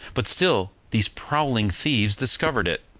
but still these prowling thieves discovered it.